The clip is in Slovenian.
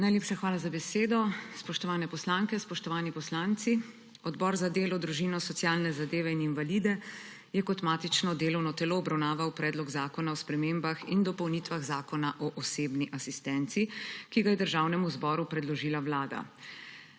Najlepša hvala za besedo. Spoštovane poslanke, spoštovani poslanci! Odbor za delo, družino, socialne zadeve in invalide je kot matično delovno telo obravnaval Predlog zakona o spremembah in dopolnitvah Zakona o osebni asistenci, ki ga je Državnemu zboru predložila Vlada,